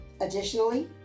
Additionally